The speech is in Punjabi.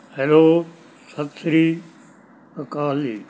ਹੈਲੋ ਸਤਿ ਸ਼੍ਰੀ ਅਕਾਲ ਜੀ